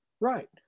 Right